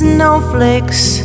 Snowflakes